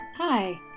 Hi